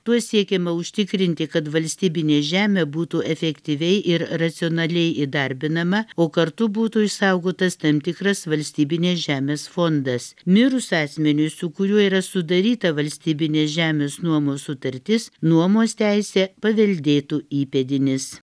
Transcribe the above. tuo siekiama užtikrinti kad valstybinė žemė būtų efektyviai ir racionaliai įdarbinama o kartu būtų išsaugotas tam tikras valstybinės žemės fondas mirus asmeniui su kuriuo yra sudaryta valstybinės žemės nuomos sutartis nuomos teisę paveldėtų įpėdinis